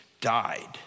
died